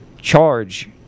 charge